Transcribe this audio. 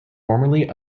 formerly